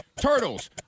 turtles